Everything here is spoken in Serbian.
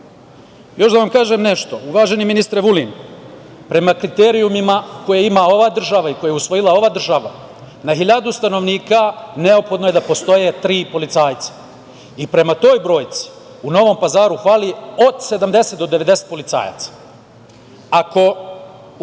da vam kažem nešto, uvaženi ministre Vuline, prema kriterijumima, koje ima ova država i koje je usvojila ova država, na hiljadu stanovnika neophodno je da postoje tri policajca. Prema toj brojci, u Novom Pazaru fali od 70 do 90 policajaca. Ako grad